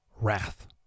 wrath